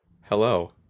Hello